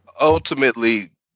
Ultimately